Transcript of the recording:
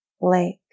lake